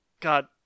God